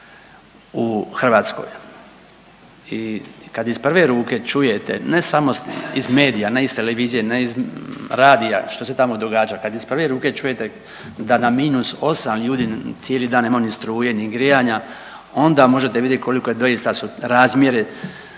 u Hrvatskoj i kad iz prve ruke čujete ne samo iz medija, ne iz televizije, ne iz radija što se tamo događa, kad iz prve ruke čujete da na minus osam ljudi cijeli dan nemaju ni struje, ni grijanja onda možete vidjet koliko doista su razmjeri